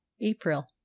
april